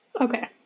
Okay